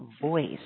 voice